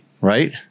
right